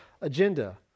agenda